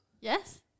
Yes